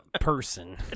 person